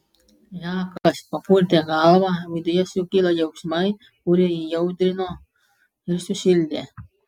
zakas papurtė galvą viduje sukilo jausmai kurie įaudrino ir sušildė